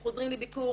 חוזרים לביקור,